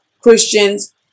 Christians